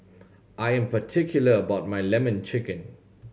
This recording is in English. I am particular about my Lemon Chicken